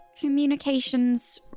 communications